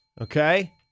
Okay